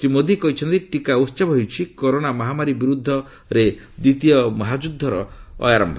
ଶ୍ରୀ ମୋଦୀ କହିଛନ୍ତି ଟିକା ଉହବ ହେଉଛି କରୋନା ମହାମାରୀ ବିରୁଦ୍ଧ ଦ୍ୱିତୀୟ ମହାଯୁଦ୍ଧର ଅୟମାରମ୍ଭ